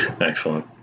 Excellent